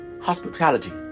hospitality